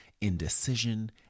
indecision